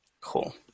Cool